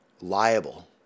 liable